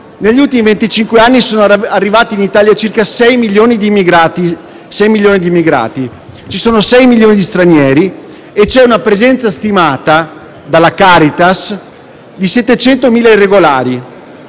Negli ultimi venticinque anni sono arrivati in Italia circa 6 milioni di immigrati: ci sono 6 milioni di stranieri e c'è una presenza stimata dalla Caritas di 700.000 irregolari,